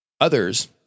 Others